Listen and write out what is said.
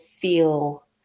feel